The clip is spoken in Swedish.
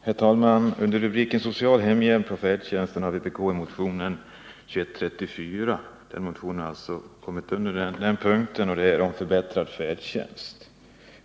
Herr talman! Under rubriken Bidrag till social hemhjälp och färdtjänst behandlas vpk-motionen 2134, som gäller förbättrad färdtjänst.